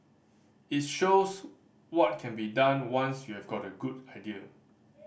it shows what can be done once you've got a good idea